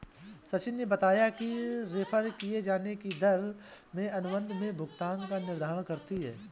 सचिन ने बताया कि रेफेर किये जाने की दर में अनुबंध में भुगतान का निर्धारण करती है